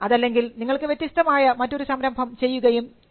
അതല്ലെങ്കിൽ നിങ്ങൾക്ക് വ്യത്യസ്തമായ മറ്റൊരു സംരംഭം ചെയ്യുകയും ചെയ്യാം